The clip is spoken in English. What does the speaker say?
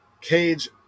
Cage